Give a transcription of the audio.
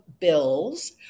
bills